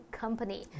company